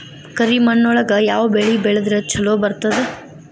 ಕರಿಮಣ್ಣೊಳಗ ಯಾವ ಬೆಳಿ ಬೆಳದ್ರ ಛಲೋ ಬರ್ತದ?